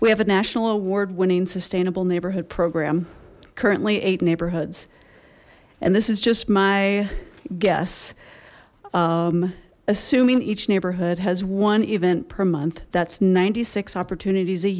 we have a national award winning sustainable neighborhood program currently eight neighborhoods and this is just my guess assuming each neighborhood has one event per month that's ninety six opportun